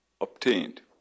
obtained